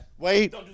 Wait